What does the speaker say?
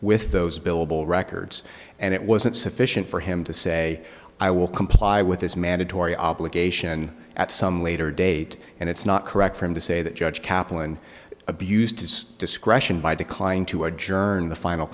with those billable records and it wasn't sufficient for him to say i will comply with this mandatory obligation at some later date and it's not correct for him to say that judge kaplan abused his discretion by declining to adjourn the final